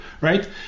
right